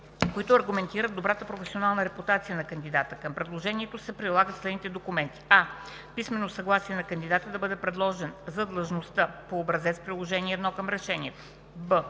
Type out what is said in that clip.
които аргументират добрата професионална репутация на кандидата. Към предложението се прилагат следните документи: а) писмено съгласие на кандидата да бъде предложен за длъжността по образец – Приложение № 1 към решението;